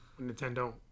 Nintendo